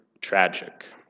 tragic